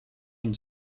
une